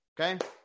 Okay